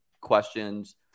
questions